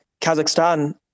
Kazakhstan